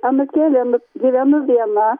anūkėlė nu gyvenu viena